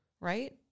right